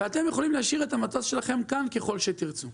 והם יכולים להשאיר את המטוס בארץ ככל שהם ירצו.